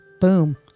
Boom